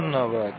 ধন্যবাদ